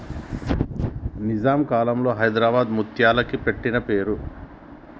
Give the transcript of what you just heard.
నిజాం కాలంలో హైదరాబాద్ ముత్యాలకి పెట్టిన పేరు